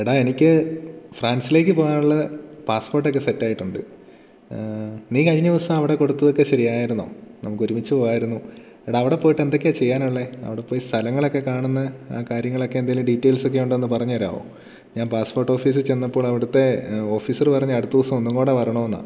എടാ എനിക്ക് ഫ്രാൻസിലേക്ക് പോവാനുള്ള പാസ്പോർട്ട് ഒക്കെ സെറ്റ് ആയിട്ടുണ്ട് നീ കഴിഞ്ഞ ദിവസം അവിടെ കൊടുത്തതൊക്കെ ശരിയായാരുന്നോ നമുക്ക് ഒരുമിച്ച് പോവാമായിരുന്നു എടാ അവിടെ പോയിട്ട് എന്തൊക്കെയാണ് ചെയ്യാനുള്ളത് അവിടെ പോയി സ്ഥങ്ങളൊക്കെ കാണുന്ന ആ കാര്യങ്ങളൊക്കെ എന്തെങ്കിലും ഡീറ്റെയിൽസ് ഒക്കെ ഉണ്ടെങ്കിൽ ഒന്ന് പറഞ്ഞുതരാമോ ഞാൻ പാസ്പോർട്ട് ഓഫീസിൽ ചെന്നപ്പോൾ അവിടുത്തെ ഓഫീസർ പറഞ്ഞത് അടുത്ത ദിവസം ഒന്നും കൂടെ വരണം എന്നാണ്